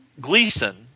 Gleason